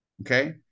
Okay